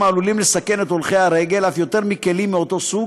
עלולים לסכן את הולכי הרגל אף יותר מכלים מאותו סוג